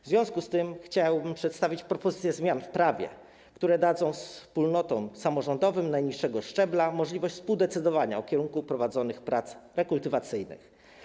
W związku z tym chciałbym przedstawić propozycje zmian w prawie, które dadzą wspólnotom samorządowym najniższego szczebla możliwość współdecydowania o kierunku prowadzonych prac rekultywacyjnych.